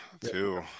two